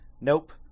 nope